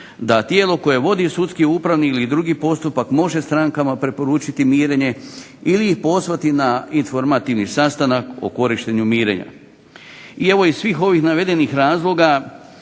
da tijelo koje vodi sudski, upravni ili drugi postupak može strankama preporučiti mirenje ili ih pozvati na informativni sastanak o korištenju mirenja. I evo iz svih ovih navedenih razloga